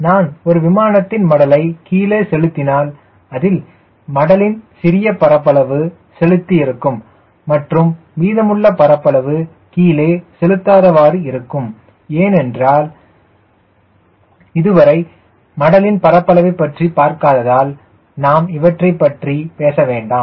நான் ஒரு விமானத்தின் மடலை கீழே செலுத்தினால் அதில் மடலின் சிறிய பரப்பளவு செலுத்தி இருக்கும் மற்றும் மீதமுள்ள பரப்பளவு கீழே செலுத்தாதவாறு இருக்கும் ஏனென்றால் இதுவரை மாடலின் பரப்பளவை பற்றி பார்க்காததால் நாம் இவற்றைப் பற்றி பேச வேண்டாம்